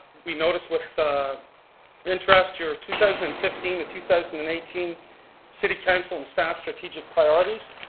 we noticed with interest your two thousand and fifteen to two thousand and eighteen city council and staff strategic priorities.